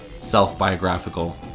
self-biographical